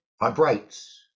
vibrates